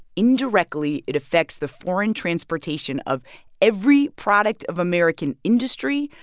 indirectly, it affects the foreign transportation of every product of american industry.